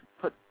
put